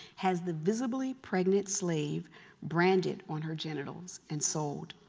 has the visibly pregnant slave branded on her genitals and sold.